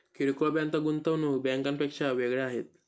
किरकोळ बँका गुंतवणूक बँकांपेक्षा वेगळ्या आहेत